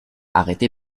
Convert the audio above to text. arrêté